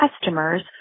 customers